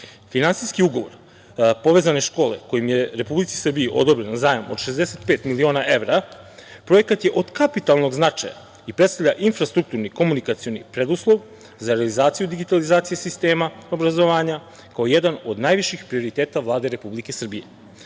Finansijski ugovor "Povezane škole" kojim je Republici Srbiji odobren zajam od 65 miliona evra projekat je od kapitalnog značaja i predstavlja infrastrukturni komunikacioni preduslov za realizaciju digitalizacije sistema obrazovanja kao jedan od najviših prioriteta Vlade Republike Srbije.